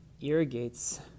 irrigates